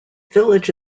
village